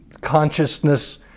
consciousness